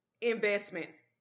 investments